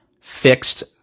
fixed